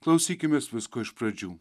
klausykimės visko iš pradžių